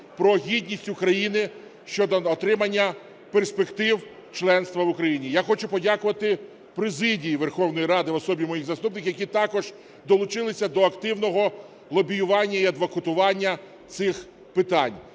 про гідність України щодо отримання перспектив членства Україні. Я хочу подякувати президії Верховної Ради в особі моїх заступників, які також долучилися до активного лобіювання і адвокатування цих питань.